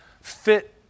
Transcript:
fit